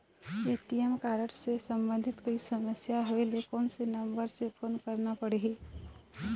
ATM card से संबंधित कोई समस्या होय ले, कोन से नंबर से फोन करना पढ़ही?